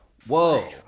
Whoa